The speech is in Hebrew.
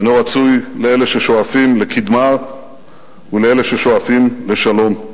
אינו רצוי לאלה ששואפים לקדמה ולאלה ששואפים לשלום.